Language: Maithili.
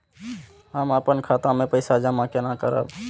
हम अपन खाता मे पैसा जमा केना करब?